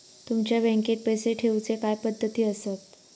तुमच्या बँकेत पैसे ठेऊचे काय पद्धती आसत?